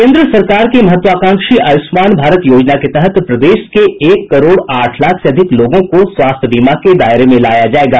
केन्द्र सरकार की महत्वाकांक्षी आयुष्मान भारत योजना के तहत प्रदेश के एक करोड़ आठ लाख से अधिक लोगों को स्वास्थ्य बीमा के दायरे में लाया जायेगा